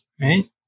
right